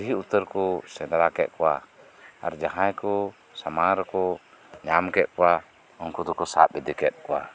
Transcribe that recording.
ᱟᱹᱰᱤ ᱩᱛᱟᱹᱨ ᱠᱚ ᱥᱮᱫᱽᱨᱟ ᱠᱮᱫ ᱠᱚᱣᱟ ᱟᱨ ᱡᱟᱦᱟᱭ ᱠᱚ ᱥᱟᱢᱟᱝ ᱨᱮᱠᱚ ᱧᱟᱢ ᱠᱮᱫ ᱠᱚᱣᱟ ᱩᱱᱠᱩ ᱫᱚᱠᱚ ᱥᱟᱵ ᱤᱫᱤ ᱠᱮᱫ ᱠᱚᱣᱟ